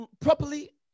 properly